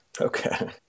Okay